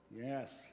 Yes